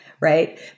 right